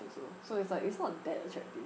also so it's like it's not that attractive